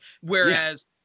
Whereas